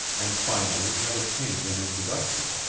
and finally had obtained an introduction.